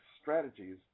strategies